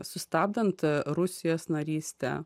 sustabdant rusijos narystę